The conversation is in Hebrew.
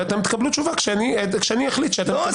ואתם תקבלו תשובה כשאני אחליט שתקבלו תשובה.